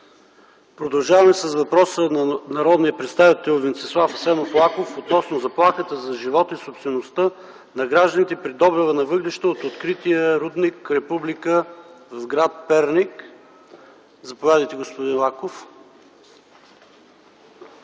Продължаваме с въпроса на народния представител Венцислав Лаков относно заплахата за живота и собствеността на гражданите при добива на въглища от открития рудник „Република” в гр. Перник. Заповядайте, господин Лаков.